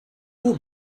will